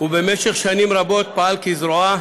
ובמשך שנים רבות פעל כזרועה